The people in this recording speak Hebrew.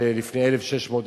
שלפני 1,600,